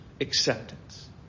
acceptance